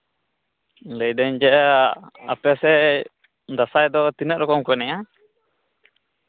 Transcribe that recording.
ᱞᱟᱹᱭ ᱫᱟᱹᱧ ᱡᱮ ᱟᱯᱮ ᱥᱮᱫ ᱫᱟᱸᱥᱟᱭ ᱫᱚ ᱛᱤᱱᱟᱹᱜ ᱨᱚᱠᱚᱢ ᱠᱚ ᱮᱱᱮᱡᱼᱟ